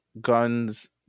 Guns